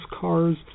cars